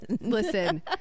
Listen